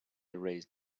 erase